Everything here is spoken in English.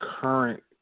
current